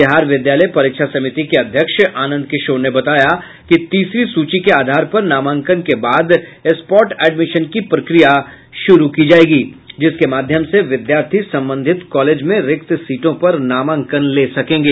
बिहार विद्यालय परीक्षा समिति के अध्यक्ष आनंद किशोर ने बताया कि तीसरी सूची के आधार पर नामांकन के बाद स्पॉट एडमिशन की प्रक्रिया शुरू की जायेगी जिसके माध्यम से विद्यार्थी संबंधित कॉलेज में रिक्त सीटों पर नामांकन ले सकेंगे